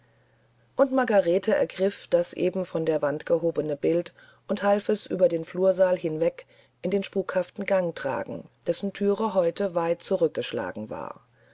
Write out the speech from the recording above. und margarete ergriff das eben von der wand gehobene bild und half es über den flursaal hinweg in den spukhaften gang tragen dessen thüre heute weit zurückgeschlagen war